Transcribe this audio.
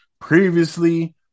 previously